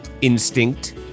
instinct